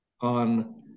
on